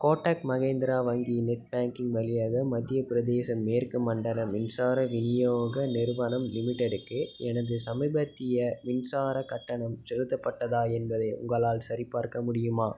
கோடக் மஹேந்திரா வங்கி net banking வழியாக மத்திய பிரதேச மேற்கு மண்டல மின்சார விநியோக நிறுவனம் லிமிடெட்டுக்கு எனது சமீபத்திய மின்சாரக் கட்டணம் செலுத்தப்பட்டதா என்பதை உங்களால் சரிப்பார்க்க முடியுமா